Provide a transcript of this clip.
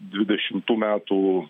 dvidešimtų metų